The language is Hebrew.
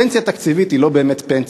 פנסיה תקציבית היא לא באמת פנסיה.